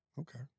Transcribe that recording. Okay